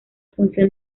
función